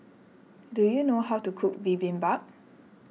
do you know how to cook Bibimbap